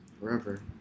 forever